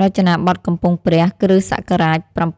រចនាបថកំពង់ព្រះ គ.ស ៧០៧ ដល់ គ.ស ៨០